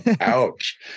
Ouch